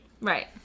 Right